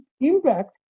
impact